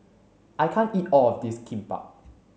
I can't eat all of this Kimbap